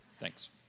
Thanks